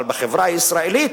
אבל בחברה הישראלית,